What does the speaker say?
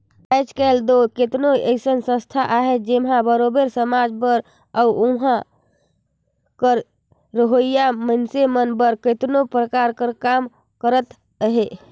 आएज काएल दो केतनो अइसन संस्था अहें जेमन बरोबेर समाज बर अउ उहां कर रहोइया मइनसे मन बर केतनो परकार कर काम करत अहें